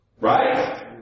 Right